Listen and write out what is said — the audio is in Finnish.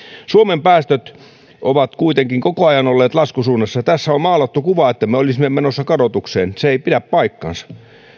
suomen päästöt ovat kuitenkin koko ajan olleet laskusuunnassa tässä on on maalattu kuvaa että me olisimme menossa kadotukseen se ei pidä paikkansa